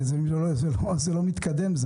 ואני רואה שזה לא מתקדם.